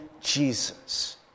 Jesus